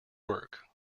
work